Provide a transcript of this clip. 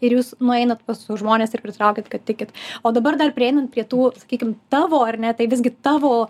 ir jūs nueinat pas tuos žmones ir pritraukiat kad tikit o dabar dar prieinant prie to sakykim tavo ar ne tai visgi tavo